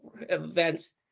events